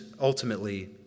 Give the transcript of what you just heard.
ultimately